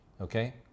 okay